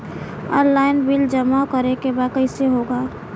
Online bill जमा करे के बा कईसे होगा?